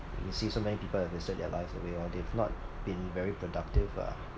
you see so many people have wasted their lives away or they've not been very productive lah